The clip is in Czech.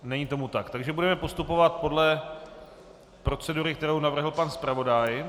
Není tomu tak, takže budeme postupovat podle procedury, kterou navrhl pan zpravodaj.